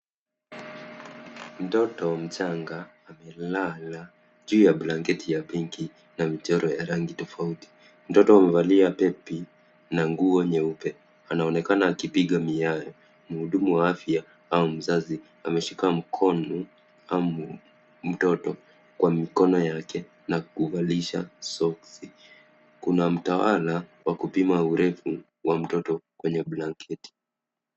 Mtoto mchaanga ame lala juu ya blanketi ya pinki na mchoro wa rangi tofauti, mtoto amevalia pepi na nguo nyeupe ana onekana akipiga miae. Mhudumu wa afya au mzazi ameshika mtoto kwa mkono yake na kumvalisha soksi kuna mtawala wa kupima urefu wa mtoto kwenye blanketi.